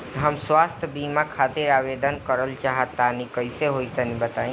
हम स्वास्थ बीमा खातिर आवेदन करल चाह तानि कइसे होई तनि बताईं?